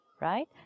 Right